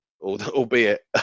albeit